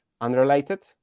unrelated